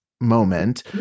moment